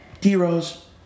D-Rose